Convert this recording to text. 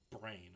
brain